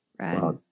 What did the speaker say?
right